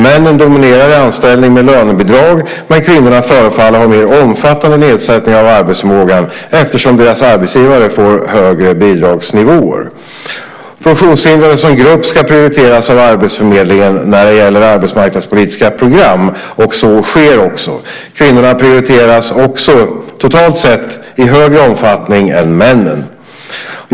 Männen dominerar i anställning med lönebidrag men kvinnorna förefaller ha mer omfattande nedsättning av arbetsförmågan eftersom deras arbetsgivare får högre bidragsnivåer. Funktionshindrade som grupp ska prioriteras av arbetsförmedlingen när det gäller arbetsmarknadspolitiska program, och så sker också. Kvinnorna prioriteras också totalt sett i högre omfattning än männen.